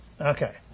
Okay